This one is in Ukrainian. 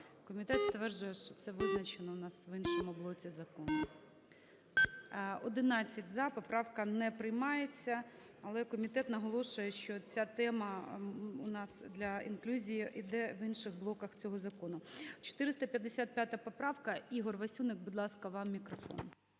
Комітет стверджує, що це визначено в нас в іншому блоці закону. 16:57:16 За-11 Поправка не приймається, але комітет наголошує, що ця тема у нас для інклюзії іде в інших блоках цього закону. 455 поправка. Ігор Васюник, будь ласка, вам мікрофон.